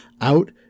out